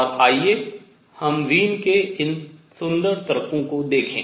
और आइए हम वीन के इन सुंदर तर्कों को देखें